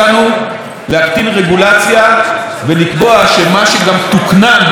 שמה שגם תוקנן במכוני תקנים או בתקנים באירופה,